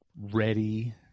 ready